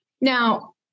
Now